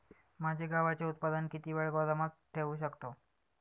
माझे गव्हाचे उत्पादन किती वेळ गोदामात ठेवू शकतो?